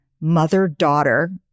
mother-daughter